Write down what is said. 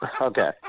Okay